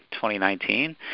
2019